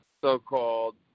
so-called